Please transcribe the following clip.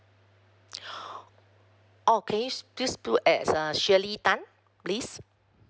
oh can you s~ please do as uh shirley tan please